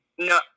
No